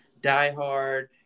diehard